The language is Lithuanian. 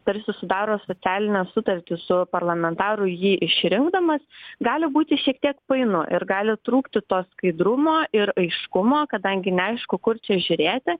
tarsi sudaro socialinę sutartį su parlamentaru jį išrinkdamas gali būti šiek tiek painu ir gali trūkti to skaidrumo ir aiškumo kadangi neaišku kur čia žiūrėti